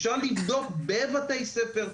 אפשר לבדוק בבתי ספר,